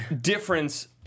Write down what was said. difference